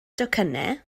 docynnau